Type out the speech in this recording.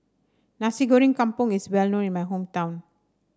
Nasi Goreng Kampung is well known in my hometown